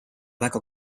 väga